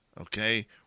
Okay